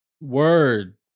Word